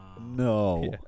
no